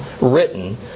written